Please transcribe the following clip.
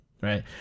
right